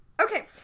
okay